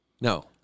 No